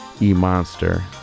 E-Monster